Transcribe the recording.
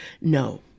No